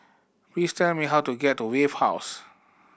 please tell me how to get to Wave House